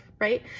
Right